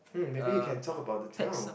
mm maybe we can talk about the town